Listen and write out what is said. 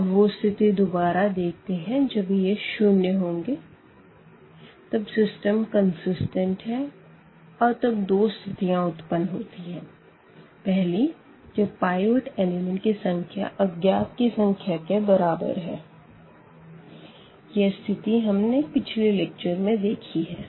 अब वो स्थिति दोबारा देखते है जब यह सब शून्य होंगे तब सिस्टम कंसिस्टेंट है और तब दो स्थितियां उत्पन्न होती है पहली जब पाइवट एलिमेंट की संख्या अज्ञात की संख्या के बराबर है यह स्थिति हमने पिछले लेक्चर में देखी है